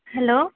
hello